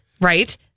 Right